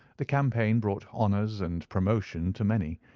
the campaign brought honours and promotion to many,